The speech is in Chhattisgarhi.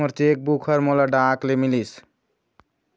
मोर चेक बुक ह मोला डाक ले मिलिस